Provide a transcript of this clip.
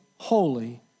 Holy